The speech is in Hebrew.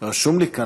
רשום לי כאן,